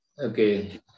okay